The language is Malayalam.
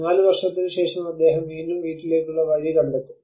4 വർഷത്തിനുശേഷം അദ്ദേഹം വീണ്ടും വീട്ടിലേക്കുള്ള വഴി കണ്ടെത്തും